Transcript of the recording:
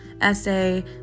essay